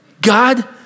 God